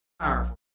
powerful